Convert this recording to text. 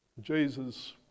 Jesus